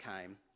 came